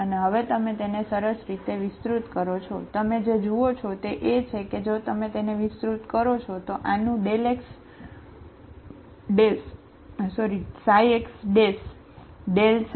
અને હવે તમે તેને સરસ રીતે વિસ્તૃત કરો છો તમે જે જુઓ છો તે એ છે કે જો તમે તેને વિસ્તૃત કરો છો તો આનું ξx ∂ ξx છે